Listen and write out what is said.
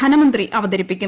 ധനമന്ത്രി അവതരിപ്പിക്കും